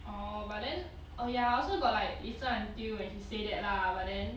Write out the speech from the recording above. orh but then oh ya I also got like listen until when she said that lah but then